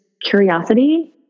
curiosity